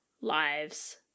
lives